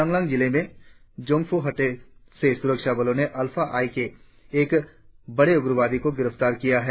चांगलांग जिले में जोंगफोहटे से सुरक्षाबलों ने उल्फा आई के एक बड़े उग्रवादी को गिरफ्तार किया है